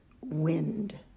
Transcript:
wind